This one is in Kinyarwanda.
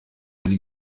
muri